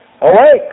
awake